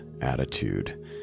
attitude